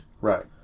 Right